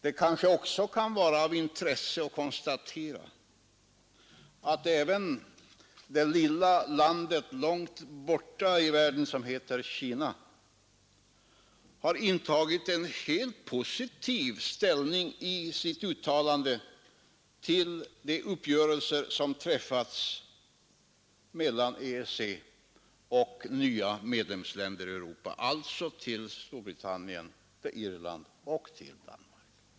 Det kan också vara intressant att här konstatera, att även Kina långt borta i världen har intagit en helt positiv ställning i sitt uttalande om de uppgörelser som träffats mellan EEC och de nya medlemsländerna i Europa, alltså Storbritannien, Irland och Danmark.